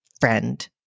friend